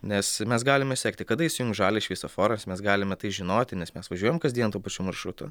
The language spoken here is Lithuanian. nes mes galime sekti kada įsijungs žalias šviesoforas mes galime tai žinoti nes mes važiuojam kasdien tuo pačiu maršrutu